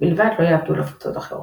בלבד לא יעבדו על הפצות אחרות.